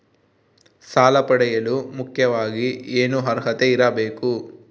ಸಾಲ ಪಡೆಯಲು ಮುಖ್ಯವಾಗಿ ಏನು ಅರ್ಹತೆ ಇರಬೇಕು?